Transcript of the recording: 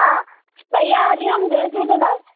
हा भैया हरि ओम जय झूलेलाल